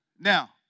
Now